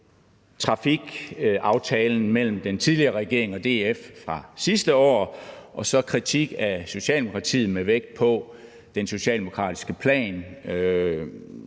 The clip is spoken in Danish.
trafikaftalen mellem den tidligere regering og DF fra sidste år og så kritik af Socialdemokratiet med vægt på den socialdemokratiske plan,